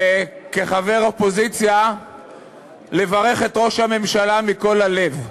וכחבר אופוזיציה לברך את ראש הממשלה מכל הלב.